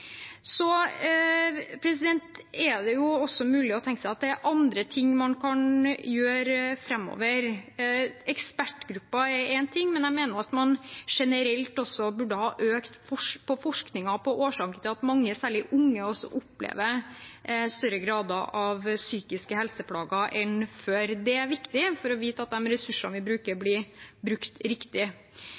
Det er også mulig å tenke seg at det er andre ting man kan gjøre framover. Ekspertgruppen er én ting, men jeg mener jo at man generelt burde ha økt forskningen på årsaken til at mange, særlig unge, opplever større grad av psykiske helseplager enn før. Det er viktig for å vite at de ressursene vi bruker, blir brukt riktig.